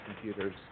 computers